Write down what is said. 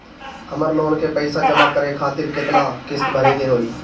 हमर लोन के पइसा जमा करे खातिर केतना किस्त भरे के होई?